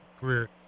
career